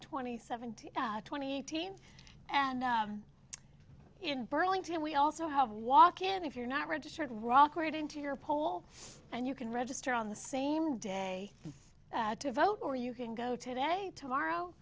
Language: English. twenty seven to twenty eighteen and i'm in burlington we also have a walk in if you're not registered rockridge into your poll and you can register on the same day to vote or you can go today tomorrow